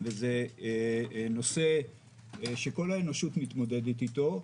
וזה נושא שכל האנושות מתמודדת איתו.